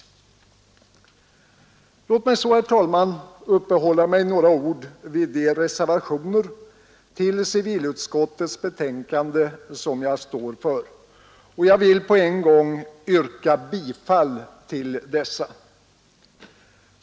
Låt mig så, herr talman, uppehålla mig med några ord vid de reservationer till civilutskottets betänkande som jag står för, och jag vill på en gång yrka bifall till dessa.